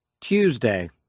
Tuesday